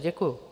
Děkuju.